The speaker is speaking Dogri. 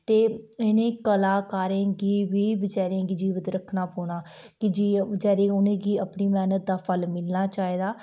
ते इ'नें कलाकारें गी बी बेचारें गी जीवित रक्खना पौना ते कि बेचारें उ'नेंगी अपनी मेह्नत दा फल मिलना चाहिदा